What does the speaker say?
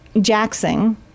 jackson